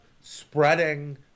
spreading